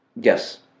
Yes